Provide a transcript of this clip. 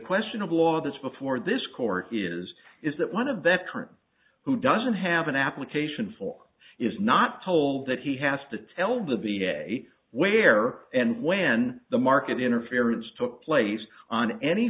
question of law this before this court is is that one of their current who doesn't have an application form is not told that he has to tell the v a where and when the market interference took place on any